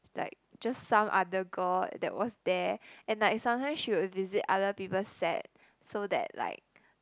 like just some other girl that was there and like sometimes she would visit other people's set so that like